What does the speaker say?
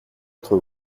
entre